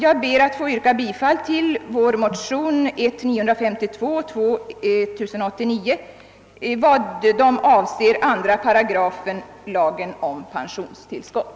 Jag ber att få yrka bifall till motionerna I: 952 och II: 1089 i vad de avser 2 8 lagen om pensionstillskott.